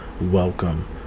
welcome